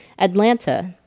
atlanta